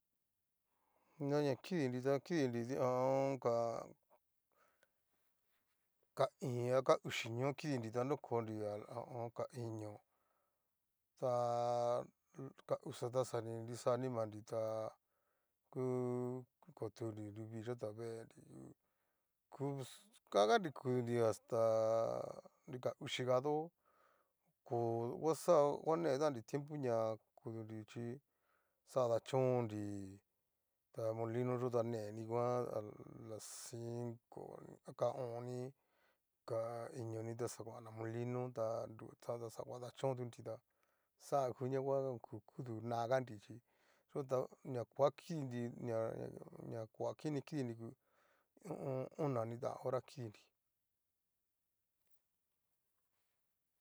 Na ña kidinri ta kidinri ha o on. ka, ka íín a ka uxi ñoo kidinri ta nrokonri ka iño, taaaa ka uxa ta xa ninrixa animandri ta ku kotunri nruvi yataveenri pus hanganri kudunri asta. nri ka uxiga tú ko huaxao huanetannri tiempo ña kudunri chí xan adachónnri, ta molinoyó ta neninguan, alas cinco ka o'on ni ka iñoni ta xa kuanana molino ta nru ta xa kuan kadachóntunri taxajan ngu ña oku kudu naganrichí yo ta na huakidinri ña-ña koa kini kidinri ngu ho o on. ona ni tan hora kidinri.